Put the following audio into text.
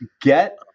get